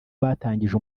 batangije